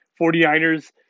49ers